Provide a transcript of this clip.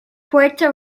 puerto